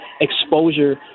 exposure